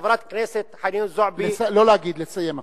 חברת הכנסת חנין זועבי, לא להגיד, לסיים עכשיו.